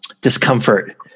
discomfort